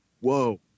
whoa